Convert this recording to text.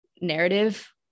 Narrative